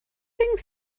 think